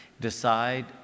Decide